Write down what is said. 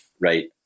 right